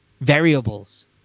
variables